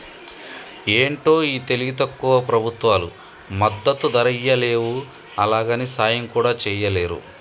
ఏంటో ఈ తెలివి తక్కువ ప్రభుత్వాలు మద్దతు ధరియ్యలేవు, అలాగని సాయం కూడా చెయ్యలేరు